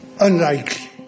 unlikely